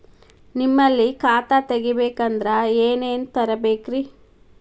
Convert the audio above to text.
ನಿಮ್ಮಲ್ಲಿ ಖಾತಾ ತೆಗಿಬೇಕಂದ್ರ ಏನೇನ ತರಬೇಕ್ರಿ?